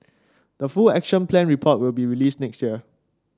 the full Action Plan report will be released next year